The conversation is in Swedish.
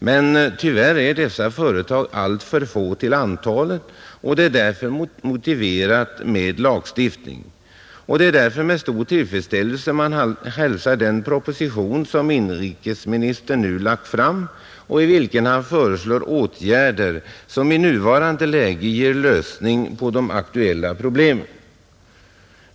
Men tyvärr är dessa företag alltför få till antalet, och det är därför motiverat med lagstiftning, Det är därför med stor tillfredsställelse man hälsar den proposition som inrikesministern nu lagt fram och i vilken han föreslår åtgärder som i nuvarande läge ger lösning på de aktuella problemen.